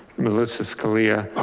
melissa scalia,